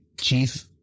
chief